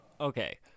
Okay